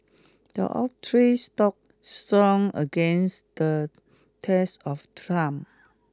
the oak tree stood strong against the test of time